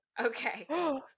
Okay